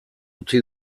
utzi